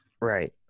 Right